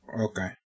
Okay